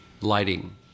lighting